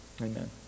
Amen